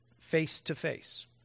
face-to-face